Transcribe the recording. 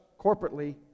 corporately